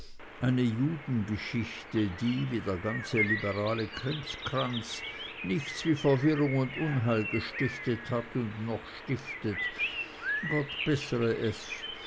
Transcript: eine judengeschichte die wie der ganze liberale krimskrams nichts wie verwirrung und unheil gestiftet hat und noch stiftet gott bessere es